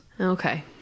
Okay